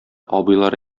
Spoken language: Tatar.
абыйлары